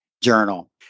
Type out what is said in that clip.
journal